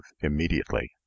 immediately